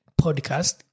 podcast